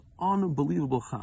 unbelievable